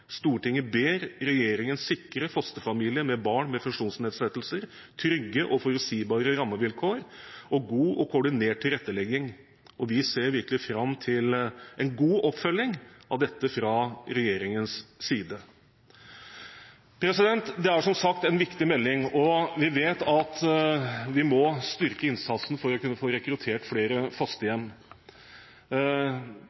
Stortinget i dag gjør dette vedtaket: «Stortinget ber regjeringen sikre fosterfamilier med barn med funksjonsnedsettelser trygge og forutsigbare rammevilkår og god og koordinert tilrettelegging.» Vi ser virkelig fram til en god oppfølging av dette fra regjeringens side. Det er som sagt en viktig melding, og vi vet at vi må styrke innsatsen for å kunne få rekruttert flere